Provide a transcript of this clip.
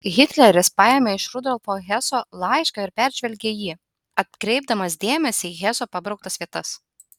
hitleris paėmė iš rudolfo heso laišką ir peržvelgė jį atkreipdamas dėmesį į heso pabrauktas vietas